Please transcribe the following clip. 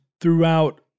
throughout